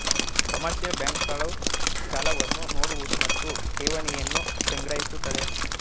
commercial bank ಗಳು ಸಾಲವನ್ನು ನೋಡುವುದು ಮತ್ತು ಠೇವಣಿಯನ್ನು ಸಂಗ್ರಹಿಸುತ್ತದೆ